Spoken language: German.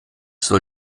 soll